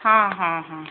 ହଁ ହଁ ହଁ